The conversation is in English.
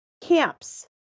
camps